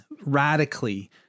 radically